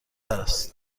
است